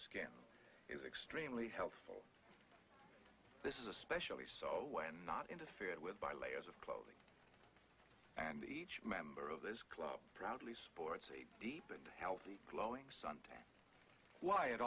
scanner is extremely helpful this is especially so when not interfered with by layers of clothing and each member of this club proudly sports a deep and healthy glowing suntan why it